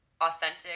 authentic